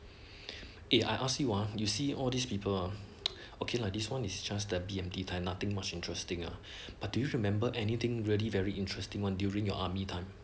eh I ask you ah you see all these people ah okay lah this one is just there B_M_T time nothing much interesting ah but do you remember anything really very interesting one during your army time